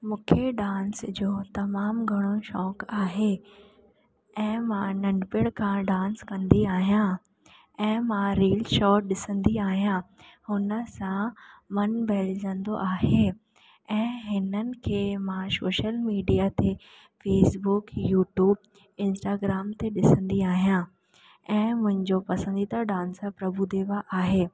मूंखे डांस जो तमामु घणो शौक़ु आहे ऐं मां नंढपिणि खां डांस कंदी आहियां ऐं मां रील शॉर्ट ॾिसंदी आहियां हुन सां मन बहलजंदो आहे ऐं हिननि खे मां सोशल मीडिया ते फेसबुक यूट्यूब इंस्टाग्राम ते ॾिसंदी आहियां ऐं मुंहिंजो पसंदीदा डांसर प्रभु देवा आहे